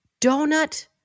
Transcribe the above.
donut